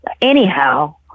Anyhow